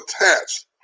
attached